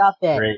great